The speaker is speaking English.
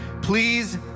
Please